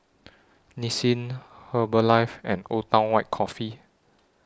Nissin Herbalife and Old Town White Coffee